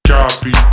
Copy